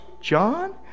John